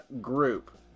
group